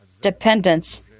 Dependence